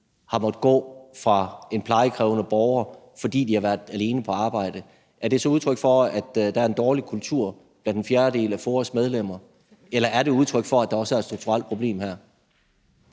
har måttet gå fra en plejekrævende borger, fordi de har været alene på arbejde – gerne spørge: Er det så udtryk for, at der er en dårlig kultur blandt en fjerdedel af FOA's medlemmer? Eller er det udtryk for, at der også er et strukturelt problem her?